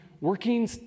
working